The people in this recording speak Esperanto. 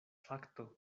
fakto